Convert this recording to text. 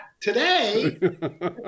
today